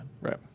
Right